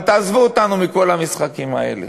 אבל תעזבו אותנו מכל המשחקים האלה.